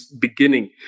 beginning